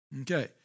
okay